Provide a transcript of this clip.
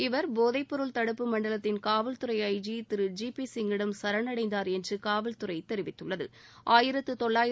இவர் போதைப்பொருள் தடுப்பு மண்டலத்தின் காவல்துறை ஐஜி திரு சி பி சிங்கிடம் சரணடைந்தார் என்று காவல்துறை தெரிவித்துள்ளது